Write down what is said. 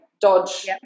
dodge